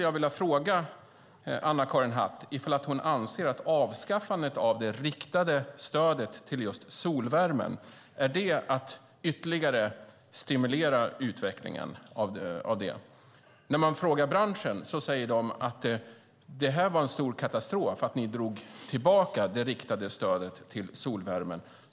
Jag vill fråga Anna-Karin Hatt om hon anser att avskaffandet av det riktade stödet till solvärmen är att ytterligare stimulera utvecklingen av den. När man frågar branschen säger den att det var en stor katastrof att ni drog tillbaka det riktade stödet till solvärmen.